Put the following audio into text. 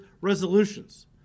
resolutions